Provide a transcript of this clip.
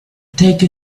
take